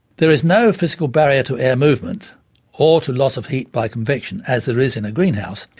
there is no physical barrier to air movement or to loss of heat by convection, as there is in a greenhouse,